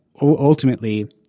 ultimately